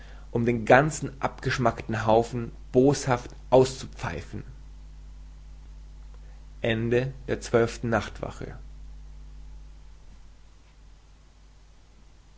um den ganzen abgeschmakten haufen boshaft auszupfeifen dreizehnte nachtwache